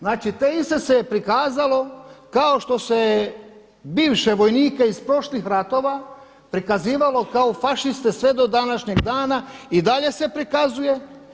Znači te iste se je prikazalo kao što se je bivše vojnike iz prošlih ratova prikazivalo kao fašiste sve do današnjega dana i dalje se prikazuje.